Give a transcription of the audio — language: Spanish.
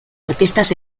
artistas